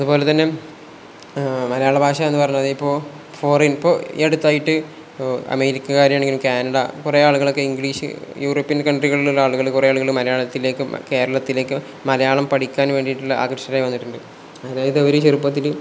അതുപോലെ തന്നെ മലയാള ഭാഷ എന്ന് പറഞ്ഞത് ഇപ്പം ഫോറിൻ ഇപ്പം ഈ അടുത്തായിട്ട് ഇ അമേരിക്കകാരെ ആണെങ്കിലും കാനഡ കുറേ ആളുകളൊക്കെ ഇംഗ്ലീഷ് യൂറോപ്പിൻ കൺട്രികളിലുള്ള ആളുകൾ കുറേ ആളുകൾ മലയാളത്തിലേക്കും കേരളത്തിലേക്കും മലയാളം പഠിക്കാൻ വേണ്ടിട്ടുള്ള ആകൃഷ്ടരായി വന്നിട്ടുണ്ട് അതായത് അവർ ചെറുപ്പത്തിൽ